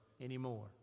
anymore